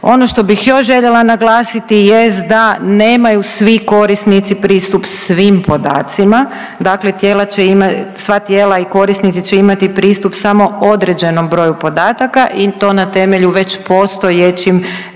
Ono što bih još željela naglasiti jest da nemaju svi korisnici pristup svim podacima. Dakle, tijela će imat, sva tijela i korisnici će imati pristup samo određenom broju podataka i to na temelju već postojećim,